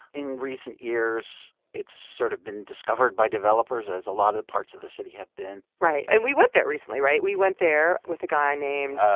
in recent years, it's sort of been discovered by developers, as a lot of the parts of the city have been right. and we went there recently, right? we went there with a guy named.